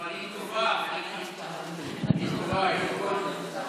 היה כל כך, הם,